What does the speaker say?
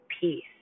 peace